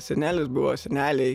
senelis buvo seneliai